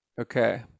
Okay